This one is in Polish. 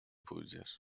pójdziesz